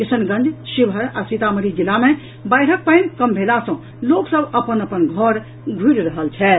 किशनगंज शिवहर आ सीतामढ़ी जिला मे बाढ़िक पानि कम भेला सँ लोक सभ अपन अपन घर घुरि रहल छथि